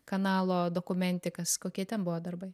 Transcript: kanalo dokumentikas kokie ten buvo darbai